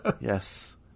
Yes